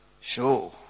sure